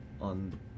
on